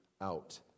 out